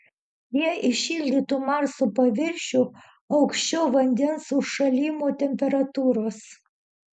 jie įšildytų marso paviršių aukščiau vandens užšalimo temperatūros